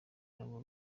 nabo